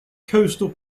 coastal